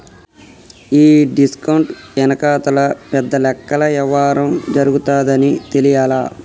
ఈ డిస్కౌంట్ వెనకాతల పెద్ద లెక్కల యవ్వారం జరగతాదని తెలియలా